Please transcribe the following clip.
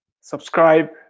subscribe